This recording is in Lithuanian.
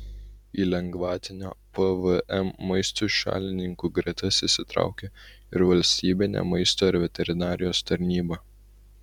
į lengvatinio pvm maistui šalininkų gretas įsitraukė ir valstybinė maisto ir veterinarijos tarnyba